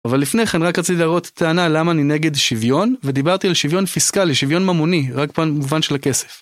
אבל לפני כן רק רציתי להראות טענה למה אני נגד שוויון ודיברתי על שוויון פיסקלי, שוויון ממוני, רק במובן של הכסף.